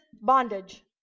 bondage